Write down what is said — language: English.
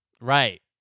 Right